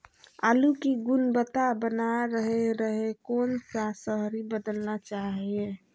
आलू की गुनबता बना रहे रहे कौन सा शहरी दलना चाये?